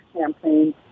campaign